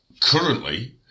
currently